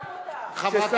אתם תקפתם,